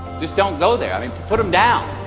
just don't go there. i mean put them down